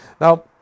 now